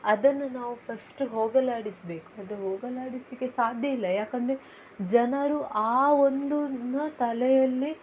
ಅದನ್ನ್ನನು ನಾವು ಫಸ್ಟ್ ಹೋಗಲಾಡಿಸಬೇಕು ಅದು ಹೋಗಲಾಡಿಸಲಿಕ್ಕೆ ಸಾಧ್ಯ ಇಲ್ಲ ಏಕೆಂದ್ರೆ ಜನರು ಆ ಒಂದನ್ನ ತಲೆಯಲ್ಲಿ